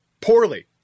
poorly